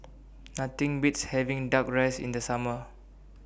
Nothing Beats having Duck Rice in The Summer